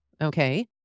Okay